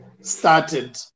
started